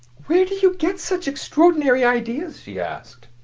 where do you get such extraordinary ideas? she asked.